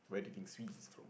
where do you think swee is from